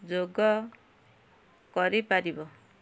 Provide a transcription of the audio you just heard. ଯୋଗ କରିପାରିବ